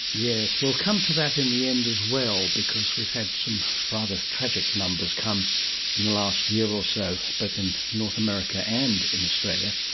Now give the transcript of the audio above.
yes, we'll come to that in the end as well because we've had some rather tragic numbers come in the last year or so, both in north america and in australia.